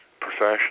professionally